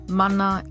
mana